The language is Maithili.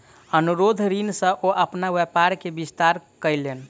अनुरोध ऋण सॅ ओ अपन व्यापार के विस्तार कयलैन